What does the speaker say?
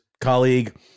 colleague